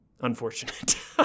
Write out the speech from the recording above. unfortunate